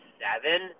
seven –